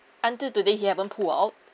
until today he haven't pull out